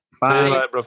Bye